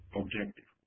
objective